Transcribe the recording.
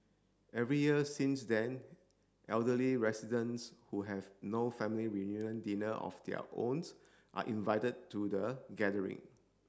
every year since then elderly residents who have no family reunion dinner of their owns are invited to the gathering